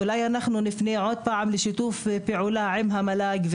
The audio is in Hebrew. אולי נפנה עוד פעם לשיתוף פעולה עם המל"ג,